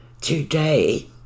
Today